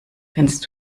kennst